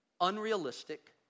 unrealistic